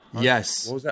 yes